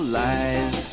lies